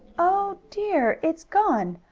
oh dear! it's gone!